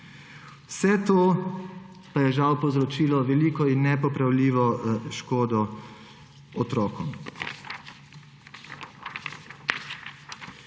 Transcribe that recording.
Vse to pa je žal povzročilo veliko in nepopravljivo škodo otrokom.